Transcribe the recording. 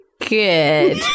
good